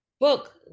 book